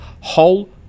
whole